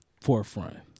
forefront